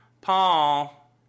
Paul